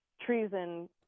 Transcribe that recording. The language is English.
treason